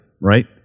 right